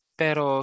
pero